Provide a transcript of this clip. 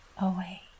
away